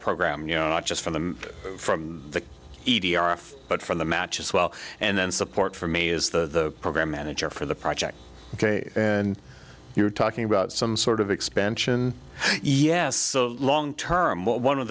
program you know not just from the from the but from the match as well and then support for me is the program manager for the project ok and you're talking about some sort of expansion yes so long term one of